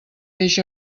peix